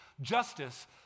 Justice